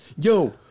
Yo